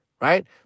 right